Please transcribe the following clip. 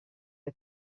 all